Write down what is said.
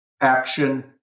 action